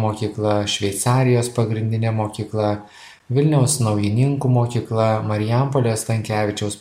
mokykla šveicarijos pagrindinė mokykla vilniaus naujininkų mokykla marijampolės stankevičiaus